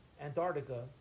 Antarctica